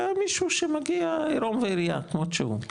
אלא מישהו שמגיע עירום ועריה, כמות שהוא.